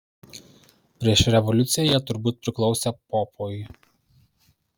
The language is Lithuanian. prieš revoliuciją jie turbūt priklausė popui